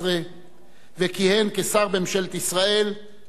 וכיהן כשר בממשלת ישראל בכמה משרדים.